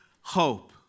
hope